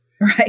Right